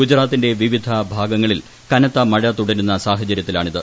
ഗുജറാത്തിന്റെ വിവിധ ഭാഗങ്ങളിൽ കനത്ത മഴ തുടരുന്ന സാഹചര്യത്തിലാണിത്